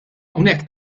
hawnhekk